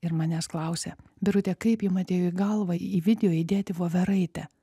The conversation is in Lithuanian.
ir manęs klausia birute kaip jum atėjo į galvą į video įdėti voveraitę